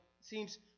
seems